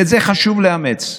ואת זה חשוב לאמץ: